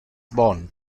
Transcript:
bon